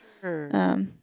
Sure